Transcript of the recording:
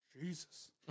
Jesus